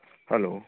hello